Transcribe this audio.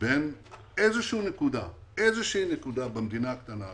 בין איזו נקודה במדינה הקטנה הזאת.